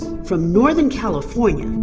from northern california.